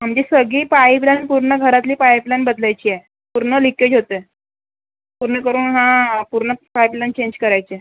आमची सगळी pipeline पूर्ण घरातली पाईप लाइन बदलायची आहे पूर्ण लिकेज होत आहे पूर्ण करून हां पूर्ण पाईप लाइन चेंज करायची आहे